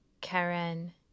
Karen